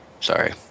Sorry